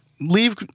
leave